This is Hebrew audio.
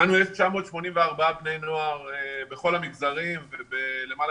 לנו יש 984 בני נוער בכל המגזרים בלמעלה